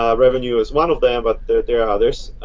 um revenue is one of them. but there are others.